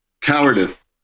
cowardice